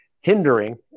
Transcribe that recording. hindering